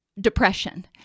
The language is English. depression